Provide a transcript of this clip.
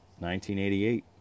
1988